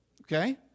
Okay